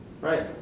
right